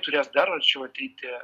turės dar arčiau ateiti